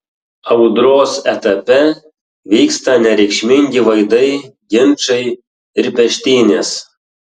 audros etape vyksta nereikšmingi vaidai ginčai ir peštynės